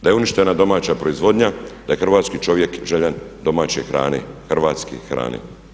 Da je uništena domaća proizvodnja, da je hrvatski čovjek željan domaće hrane, hrvatske hrane.